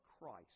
Christ